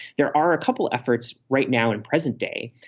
there are a couple efforts right now in present day.